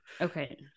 Okay